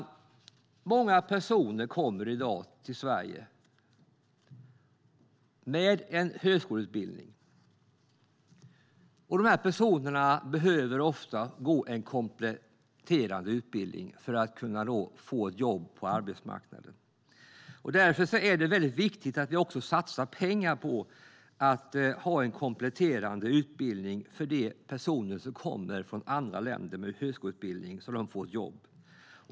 Många personer kommer i dag till Sverige med en högskoleutbildning. Dessa personer behöver ofta gå en kompletterande utbildning för att kunna få ett jobb på arbetsmarknaden. Därför är det väldigt viktigt att vi också satsar pengar på att ha en kompletterande utbildning för de personer som kommer från andra länder med en högskoleutbildning så att de får ett jobb.